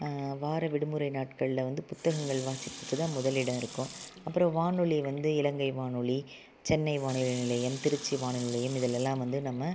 வார விடுமுறை நாட்களில் வந்து புத்தகங்கள் வாசிப்புக்குத்தான் முதலிடம் இருக்கும் அப்புறம் வானொலி வந்து இலங்கை வானொலி சென்னை வானொலி நிலையம் திருச்சி வானொலி நிலையம் இதிலெல்லாம் வந்து நம்ம